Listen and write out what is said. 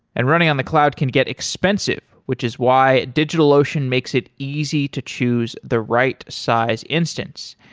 and running on the cloud can get expensive, which is why digitalocean makes it easy to choose the right size instance,